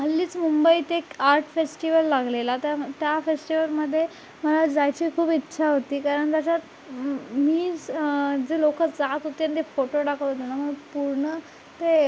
हल्लीच मुंबईत एक आर्ट फेस्टिवल लागलेला त्याम त्या फेस्टिवलमध्ये मला जायची खूप इच्छा होती कारण कसं मीस् जे लोकं जात होते आणि ते फोटो टाकत होते ना म्हणून पूर्ण ते